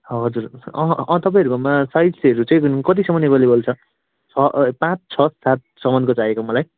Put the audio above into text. हजुर तपाईँहरूकोमा साइजहरू चाहिँ कतिसम्म एभाइलेभल छ पाँच छ सातमसम्मको चाहिएको मलाई